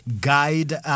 guide